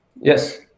Yes